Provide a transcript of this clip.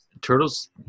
turtles